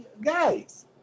Guys